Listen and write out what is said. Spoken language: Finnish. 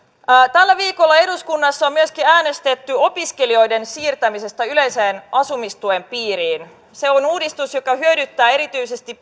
tällä viikolla eduskunnassa on myöskin äänestetty opiskelijoiden siirtämisestä yleisen asumistuen piiriin se on uudistus joka hyödyttää erityisesti